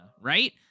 right